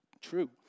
true